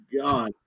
God